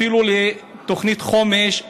ואפילו תוכנית חומש,